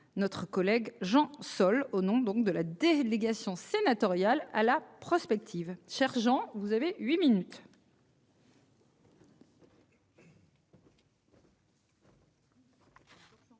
Notre collègue Jean Sol au nom donc de la délégation sénatoriale à la prospective chargeant vous avez 8 minutes.